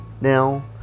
now